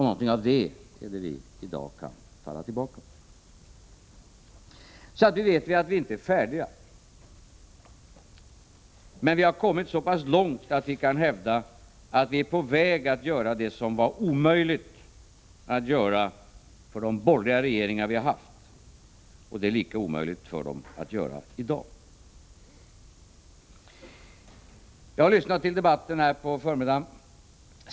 Någonting av det är det vi i dag kan falla tillbaka på. Vi vet att vi inte är färdiga, men vi har kommit så långt att vi kan hävda att vi är på väg att göra det som var omöjligt för de borgerliga regeringar vi haft. Det skulle vara lika omöjligt för dem att göra det i dag. Jag har lyssnat till debatten på förmiddagen.